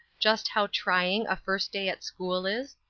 just how trying a first day at school is,